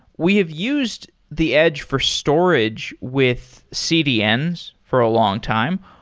we have used the edge for storage with cdns for a long time.